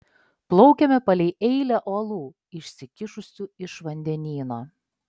plaukėme palei eilę uolų išsikišusių iš vandenyno